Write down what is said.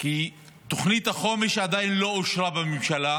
כי תוכנית החומש עדיין לא אושרה בממשלה,